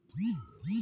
মৌল বীজ কোনগুলি?